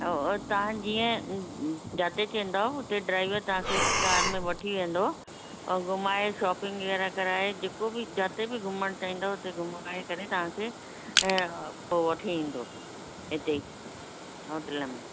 ऐं तव्हां जीअं जिते चवंदो हुते ड्राइवर तव्हांखे कार में वठी वेंदो ऐं घुमाए शॉपिंग वग़ैरह कराए जेको बि जिते बि घुमणु चाहींदो हुते घुमाए करे तव्हांखे पोइ वठी वेंदो हिते होटल में